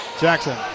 Jackson